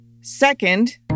Second